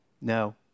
No